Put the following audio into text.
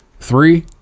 Three